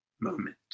moment